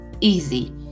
easy